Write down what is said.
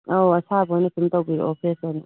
ꯑꯧ ꯑꯁꯥꯕ ꯑꯣꯏꯅ ꯑꯗꯨꯝ ꯇꯧꯕꯤꯔꯛꯑꯣ ꯐ꯭ꯔꯦꯁ ꯑꯣꯏꯅ